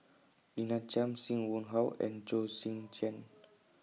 Lina Chiam SIM Wong Hoo and Chong Tze Chien